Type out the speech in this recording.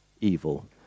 evil